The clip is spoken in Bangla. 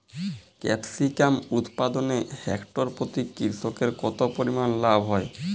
ক্যাপসিকাম উৎপাদনে হেক্টর প্রতি কৃষকের কত পরিমান লাভ হয়?